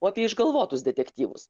o apie išgalvotus detektyvus